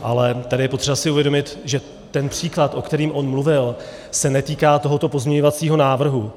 Ale tady je potřeba si uvědomit, že ten příklad, o kterém mluvil, se netýká tohoto pozměňovacího návrhu.